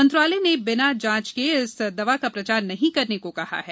मंत्रालय ने बिना जांच के इस दवा का प्रचार नहीं करने को कहा है